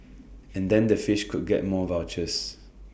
and then the fish could get more vouchers